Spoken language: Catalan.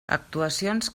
actuacions